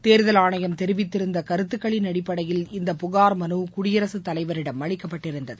தேர்தல் ஆணையம் தெரிவித்திருந்த கருத்துக்களின் அடிப்படையில் இந்த புகார் மனு குடியரசுத் தலைவரிடம் அளிக்கப்பட்டிருந்தது